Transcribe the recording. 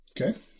Okay